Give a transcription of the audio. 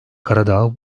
karadağ